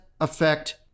affect